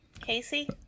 Casey